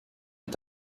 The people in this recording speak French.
est